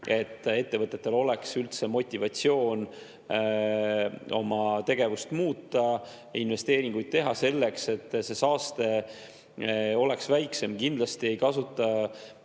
et ettevõtetel oleks üldse motivatsioon oma tegevust muuta, investeeringuid teha selleks, et saaste oleks väiksem. Kindlasti ei kasuta